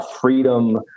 freedom